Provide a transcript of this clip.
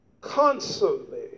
constantly